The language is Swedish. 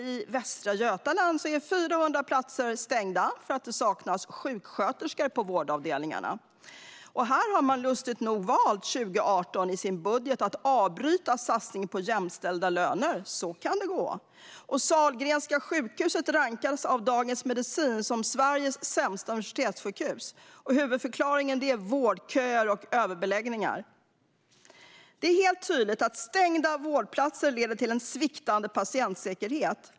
I Västra Götaland är 400 platser stängda för att det saknas sjuksköterskor på vårdavdelningarna. Här har man lustigt nog i sin budget 2018 valt att avbryta satsningen på jämställda löner. Så kan det gå! Sahlgrenska Universitetssjukhuset rankades av Dagens Medicin som Sveriges sämsta universitetssjukhus. Huvudförklaringen är vårdköer och överbeläggningar. Det är helt tydligt att stängda vårdplatser leder till en sviktande patientsäkerhet.